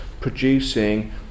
producing